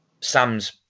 Sam's